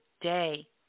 day